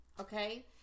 Okay